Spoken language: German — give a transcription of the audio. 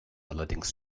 allerdings